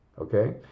Okay